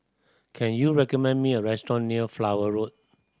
can you recommend me a restaurant near Flower Road